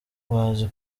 bazi